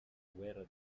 guerra